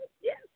yes